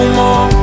more